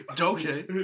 okay